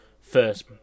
first